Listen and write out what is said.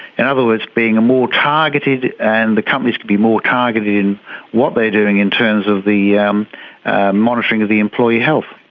in other words being more targeted and the companies could be more targeted in what they're doing in terms of the um monitoring of the employee health.